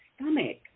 stomach